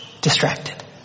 distracted